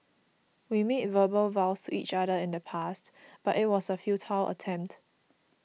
we made verbal vows to each other in the past but it was a futile attempt